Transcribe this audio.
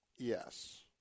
Yes